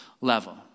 level